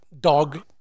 dog